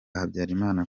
habyarimana